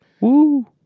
Woo